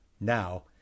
Now